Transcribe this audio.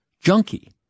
junkie